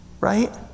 right